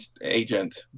agent